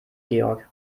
georg